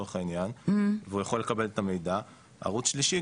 ערוץ שלישי זה פניות במייל אלינו ואנחנו גם